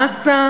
מאסה